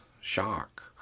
Shock